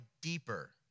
deeper